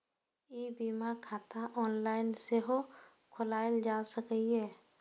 ई बीमा खाता ऑनलाइन सेहो खोलाएल जा सकैए